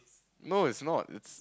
no it's not it's